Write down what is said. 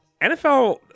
NFL